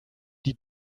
die